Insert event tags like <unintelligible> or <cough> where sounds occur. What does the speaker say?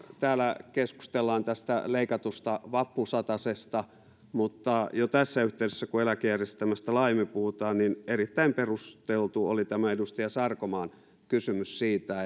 täällä keskustellaan tästä leikatusta vappusatasesta mutta jo tässä yhteydessä kun eläkejärjestelmästä laajemmin puhutaan erittäin perusteltu oli tämä edustaja sarkomaan kysymys siitä <unintelligible>